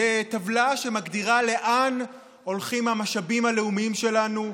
זו טבלה שמגדירה לאן הולכים המשאבים הלאומיים שלנו,